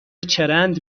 چرند